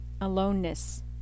aloneness